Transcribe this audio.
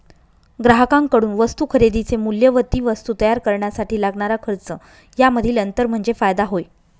ग्राहकांकडून वस्तू खरेदीचे मूल्य व ती वस्तू तयार करण्यासाठी लागणारा खर्च यामधील अंतर म्हणजे फायदा होय